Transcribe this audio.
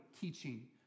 teaching